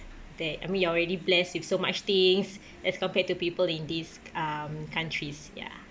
that I mean you're already blessed with so much things as compared to people in these um countries ya